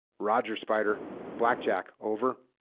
roger spider blackjack over